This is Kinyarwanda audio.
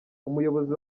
umuyobozi